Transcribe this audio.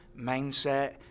mindset